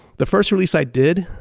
the first release i did,